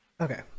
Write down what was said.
Okay